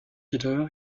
peter